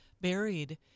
buried